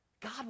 God